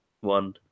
one